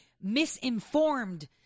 misinformed